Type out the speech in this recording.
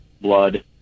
blood